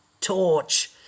torch